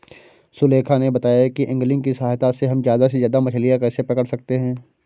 सुलेखा ने बताया कि ऐंगलिंग की सहायता से हम ज्यादा से ज्यादा मछलियाँ कैसे पकड़ सकते हैं